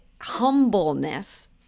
humbleness